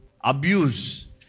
abuse